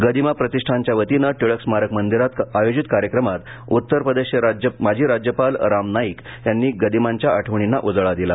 गदिमा प्रतीष्ठानच्या वतीनं टिळक स्मारक मंदिरात आयोजित कार्यक्रमात उत्तर प्रदेशचे माजी राज्यपाल राम नाईक यांनी गदिमांच्या आठवणीना उजाळा दिला